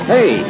Hey